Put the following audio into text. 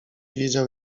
wiedział